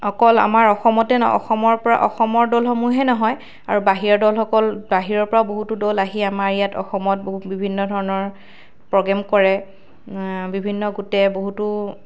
অকল আমাৰ অসমতে ন অসমৰ পৰা অসমৰ দলসমূহে নহয় আৰু বাহিৰা দলসকল বাহিৰৰ পৰা বহুতো দল আহি ইয়াত আমাৰ অসমত ব বিভিন্ন ধৰণৰ প্ৰগ্ৰেম কৰে বিভিন্ন গোটে বহুতো